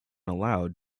allowed